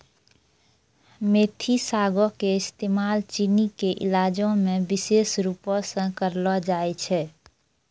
मेथी सागो के इस्तेमाल चीनी के इलाजो मे विशेष रुपो से करलो जाय छै